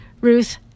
Ruth